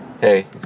hey